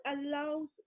allows